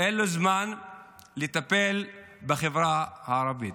אין לו זמן לטפל בחברה הערבית.